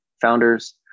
founders